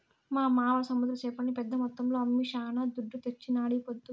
మా మావ సముద్ర చేపల్ని పెద్ద మొత్తంలో అమ్మి శానా దుడ్డు తెచ్చినాడీపొద్దు